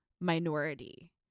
minority